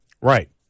Right